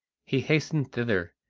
he hastened thither,